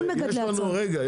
מגדלי הצאן -- רגע,